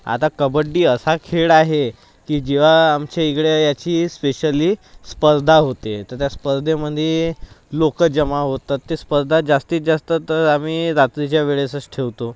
आता कबड्डी असा खेळ आहे की जेव्हा आमच्या इकडं याची स्पेशली स्पर्धा होते तर त्या स्पर्धेमध्ये लोकं जमा होतात ते स्पर्धा जास्तीत जास्त तर आम्ही रात्रीच्या वेळेसच ठेवतो